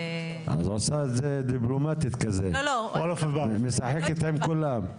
את עושה את זה דיפלומטי כזה, משחקת עם כולם.